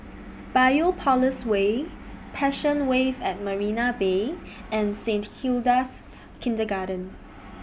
Biopolis Way Passion Wave At Marina Bay and Saint Hilda's Kindergarten